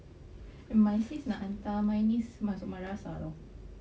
and my sis nak hantar my niece masuk madrasah [tau]